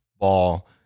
ball